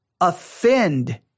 offend